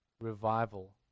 revival